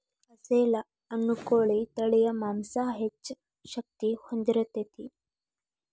ಅಸೇಲ ಅನ್ನು ಕೋಳಿ ತಳಿಯ ಮಾಂಸಾ ಹೆಚ್ಚ ಶಕ್ತಿ ಹೊಂದಿರತತಿ